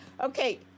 okay